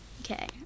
Okay